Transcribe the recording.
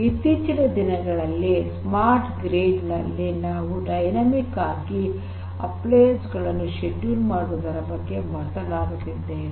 ಇತ್ತೀಚಿನ ದಿನಗಳಲ್ಲಿ smart grid ನಲ್ಲಿ ನಾವು ಡೈನಾಮಿಕ್ ಆಗಿ ಅಪ್ಲೈಯನ್ಸ್ ಗಳನ್ನು ಷೆಡ್ಯೂಲ್ ಮಾಡುವುದರ ಬಗ್ಗೆ ಮಾತನಾಡುತ್ತಿದ್ದೇವೆ